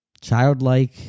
childlike